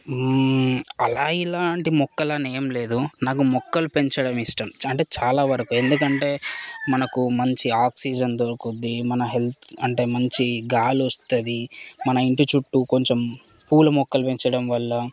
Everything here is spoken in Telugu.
అలా ఇలాంటి ముక్కలనేంలేదు నాకు మొక్కలు పెంచడం ఇష్టం అంటే చాలా వరకు ఎందుకంటే మనకు మంచి ఆక్సిజన్ దొరుకుద్ది మన హెల్త్ అంటే మంచి గాలి వస్తుంది మన ఇంటి చుట్టూ కొంచం పూల మొక్కలు పెంచడం వల్ల